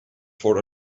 for